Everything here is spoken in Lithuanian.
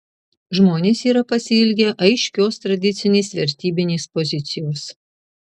žmonės yra pasiilgę aiškios tradicinės vertybinės pozicijos